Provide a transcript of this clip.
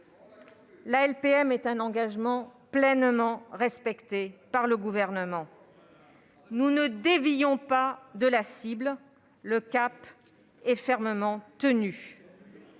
la LPM est un engagement pleinement respecté par le Gouvernement. Nous ne dévions pas de la cible ; le cap est fermement tenu.